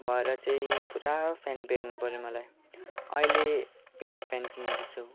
भएर चाहिँ पुरा फ्यान फेर्नु पऱ्यो मलाई अहिले एउटा फ्यान किनेको छु